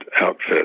outfit